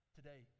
Today